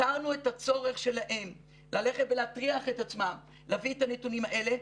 ייתרנו את הצורך שלהם ללכת ולהטריח את עצמם להביא את הנתונים האלה,